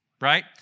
right